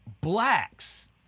blacks